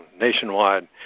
nationwide